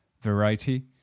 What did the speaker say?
variety